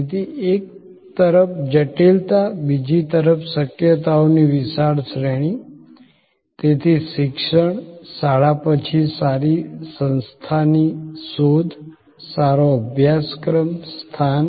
તેથી એક તરફ જટિલતા બીજી તરફ શક્યતાઓની વિશાળ શ્રેણી તેથી શિક્ષણ શાળા પછી સારી સંસ્થાની શોધ સારો અભ્યાસક્રમ સ્થાન